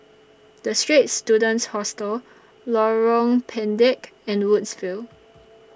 The Straits Students Hostel Lorong Pendek and Woodsville